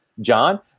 John